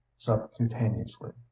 subcutaneously